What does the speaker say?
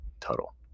total